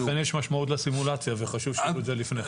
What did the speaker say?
לכן יש משמעות לסימולציה וחשוב שתראו אותה לפני כן.